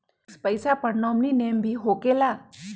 Fix पईसा पर nominee name भी होकेला?